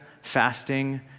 fasting